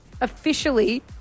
officially